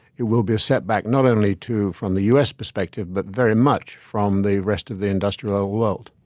it will be a setback not only, too, from the u s. perspective, but very much from the rest of the industrial ah world.